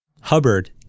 Hubbard